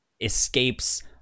escapes